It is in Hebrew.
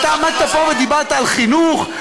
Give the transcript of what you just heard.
אתה עמדת פה ודיברת על חינוך?